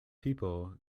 people